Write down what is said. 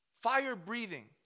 fire-breathing